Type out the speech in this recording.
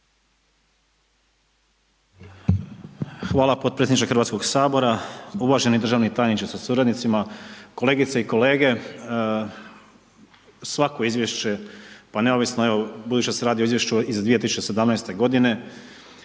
Hvala potpredsjedniče HS. Uvaženi državni tajniče sa suradnicima, kolegice i kolege, svako izvješće, pa neovisno, evo, budući da se radi o Izvješću iz 2017.g.,